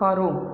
ખરું